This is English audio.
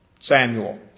Samuel